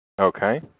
Okay